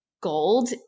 gold